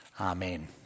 Amen